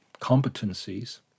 competencies